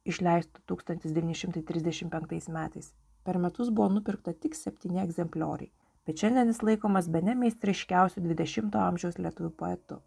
išleisto tūkstantis devyni šimtai trisdešim penktais metais per metus buvo nupirkta tik septyni egzemplioriai bet šiandien jis laikomas bene meistriškiausiu dvidešimto amžiaus lietuvių poetų